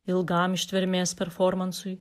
ilgam ištvermės performansui